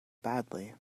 badly